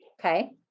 Okay